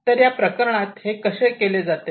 तर या प्रकरणात हे कसे केले जाते